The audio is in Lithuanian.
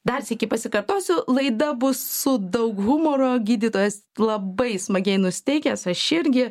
dar sykį pasikartosiu laida bus su daug humoro gydytojas labai smagiai nusiteikęs aš irgi